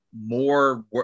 more